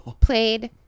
played